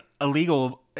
illegal